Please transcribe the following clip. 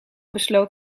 besloot